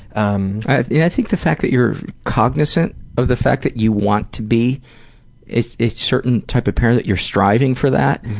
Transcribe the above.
um i yeah think the fact that you're cognizant of the fact that you want to be a certain type of parent that you're striving for that,